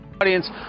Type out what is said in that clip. audience